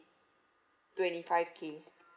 twenty five K